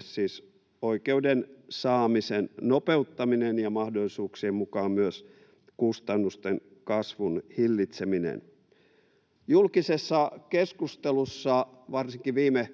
siis oikeuden saamisen nopeuttaminen ja mahdollisuuksien mukaan myös kustannusten kasvun hillitseminen. Julkisessa keskustelussa varsinkin viime